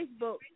Facebook